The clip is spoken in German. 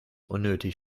unnötig